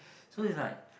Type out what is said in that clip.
so is like